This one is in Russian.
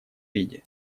виде